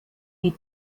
die